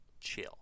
Chill